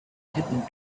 hidden